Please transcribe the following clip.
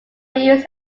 use